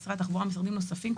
משרד התחבורה ומשרדים נוספים,